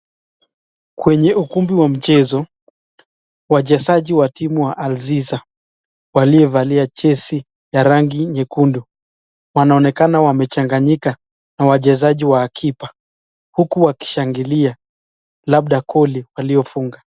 Kwenye ukumbi wa mchezo, wachezaji wa timu ya Alziza waliovalia jezi ya rangi nyekundu wanaonakana wamechanganyika na wachezaji wa akiba huku wakishangilia labda goli waliofunga.